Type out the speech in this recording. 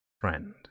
friend